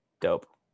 Dope